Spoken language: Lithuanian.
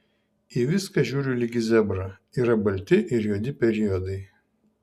į viską žiūriu lyg į zebrą yra balti ir juodi periodai